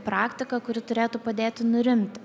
praktika kuri turėtų padėti nurimti